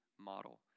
model